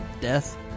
death